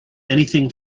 anything